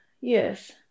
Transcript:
Yes